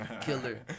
Killer